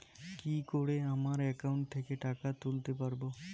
কি করে আমার একাউন্ট থেকে টাকা তুলতে পারব?